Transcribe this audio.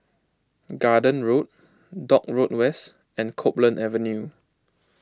Garden Road Dock Road West and Copeland Avenue